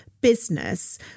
business